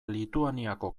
lituaniako